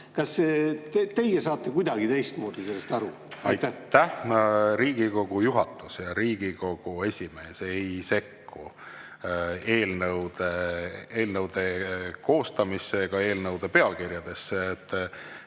Kas teie saate kuidagi teistmoodi sellest aru? Aitäh! Riigikogu juhatus ja Riigikogu esimees ei sekku eelnõude koostamisse ega eelnõude pealkirjastamisse